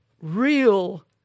Real